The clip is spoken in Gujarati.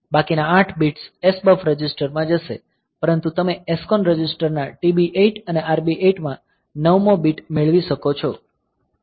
બાકીના 8 બિટ્સ SBUF રજિસ્ટર માં જશે પરંતુ તમે આ SCON રજિસ્ટરના TB8 અથવા RB8 માં નવમો બિટ મેળવી શકો છો